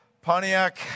Pontiac